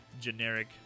generic